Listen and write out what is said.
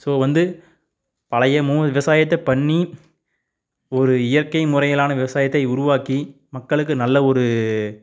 so வந்து பழைய மு விவசாயத்தை பண்ணி ஒரு இயற்கை முறையிலான விவசாயத்தை உருவாக்கி மக்களுக்கு நல்ல ஒரு